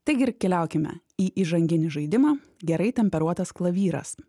taigi ir keliaukime į įžanginį žaidimą gerai temperuotas klavyras